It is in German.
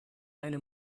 eine